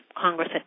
Congress